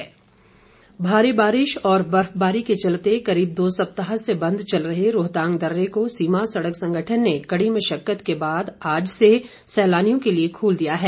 रोहतांग भारी बारिश और बर्फबारी के चलते करीब दो सप्ताह से बंद चल रहे रोहतांग दर्रे को सीमा सड़क संगठन ने कड़ी मशक्कत के बाद आज से सैलानियों के लिये खोल दिया है